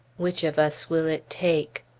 which of us will it take?